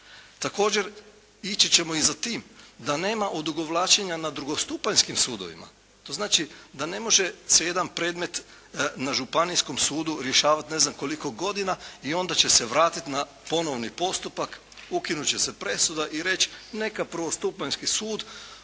Također ići ćemo i za tim, da nema odugovlačenja i na drugostupanjskim sudovima. To znači da ne može se jedan predmet na županijskom sudu rješavati ne znam koliko godina i onda će se vratiti na ponovni postupak, ukinuti će se presuda i reći neka prvostupanjski sud